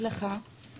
ולך את מי יש?